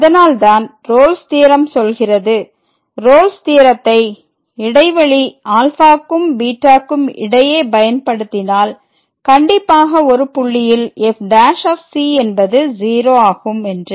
அதனால்தான் Rolle's theorem சொல்கிறது Rolle's தியரத்தை இடைவெளி ∝க்கும் βக்கும் இடையே பயன்படுத்தினால் கண்டிப்பாக ஒரு புள்ளியில் f ' என்பது 0 ஆகும் என்று